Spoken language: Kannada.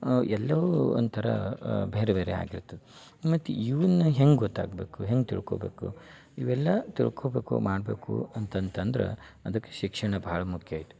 ಎಲ್ಲರೂ ಒಂಥರ ಬೇರೆ ಬೇರೆ ಆಗಿರ್ತದೆ ಆಮೇಕೆ ಇವ್ನ ಹೆಂಗೆ ಗೊತ್ತಾಗಬೇಕು ಹೆಂಗೆ ತಿಳ್ಕೊಬೇಕು ಇವೆಲ್ಲ ತಿಳ್ಕೊಬೇಕು ಮಾಡಬೇಕು ಅಂತಂತಂದ್ರೆ ಅದಕ್ಕೆ ಶಿಕ್ಷಣ ಭಾಳ ಮುಖ್ಯ ಐತಿ